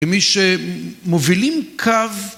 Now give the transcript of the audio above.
למי שמובילים קו